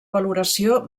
valoració